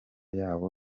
y’abo